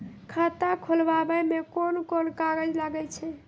खाता खोलावै मे कोन कोन कागज लागै छै?